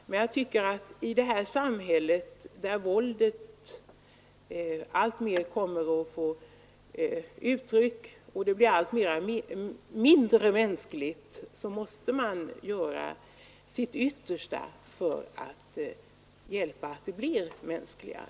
Men i ett samhälle, där våldet alltmer kommer till uttryck och som blir allt mindre mänskligt, måste man göra sitt yttersta för att det skall bli mänskligare.